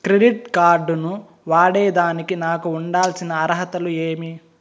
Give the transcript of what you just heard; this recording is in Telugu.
క్రెడిట్ కార్డు ను వాడేదానికి నాకు ఉండాల్సిన అర్హతలు ఏమి?